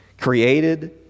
created